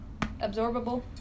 absorbable